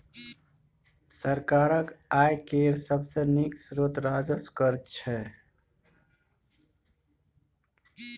सरकारक आय केर सबसे नीक स्रोत राजस्व कर छै